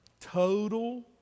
Total